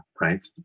right